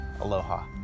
Aloha